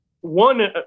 one